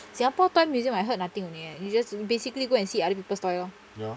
singapore toy museum I heard nothing in there you just basically go and see other people's toy